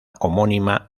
homónima